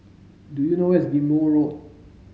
do you know where is Ghim Moh Road